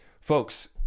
folks